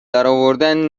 درآوردن